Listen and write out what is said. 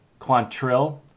Quantrill